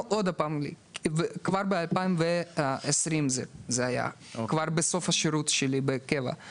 שוב פעם לוועדה בשנת 2020 בסוף השרות שלי בקבע.